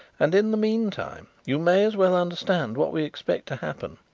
and in the meantime you may as well understand what we expect to happen.